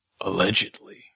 allegedly